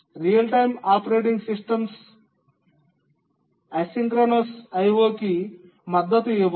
real time operating systems అసమకాలిక I O కి మద్దతు ఇవ్వాలి